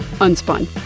Unspun